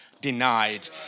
denied